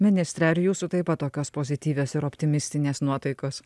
ministre ar jūsų taip pat tokios pozityvios ir optimistinės nuotaikos